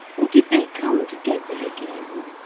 or did they come together again?